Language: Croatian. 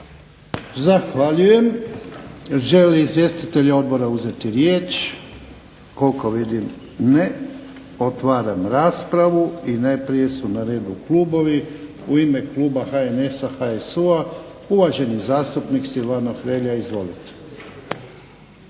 Zahvaljujem. Žele li izvjestitelji odbora uzeti riječ? Koliko vidim ne. Otvaram raspravu. I najprije su na redu klubovi. U ime kluba HSN-HSU-a uvaženi zastupnik Silvano Hrelja. Izvolite.